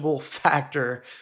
factor